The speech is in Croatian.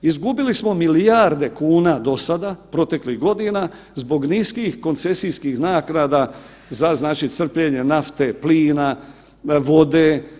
Izgubili smo milijarde kuna do sada proteklih godina zbog niskih koncesijskih naknada za znači crpljenje nafte, plina, vode.